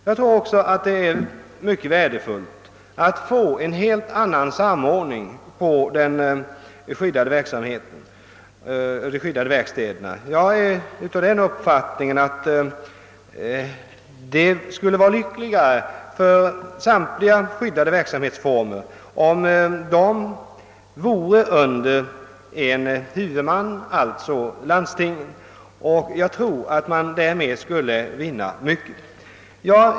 Jag tror också att det är mycket värdefullt att få en helt annan samordning av de skyddade verkstäderna. Jag är av den uppfattningen att det skulle vara lyckligare för samtliga skyddade verksamhetsformer, om de vore under en huvudman, d. v. s. landstingen. Jag tror att man därmed skulle vinna mycket.